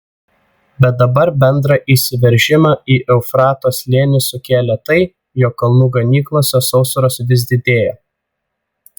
bet dabar bendrą įsiveržimą į eufrato slėnį sukėlė tai jog kalnų ganyklose sausros vis didėjo